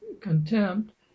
contempt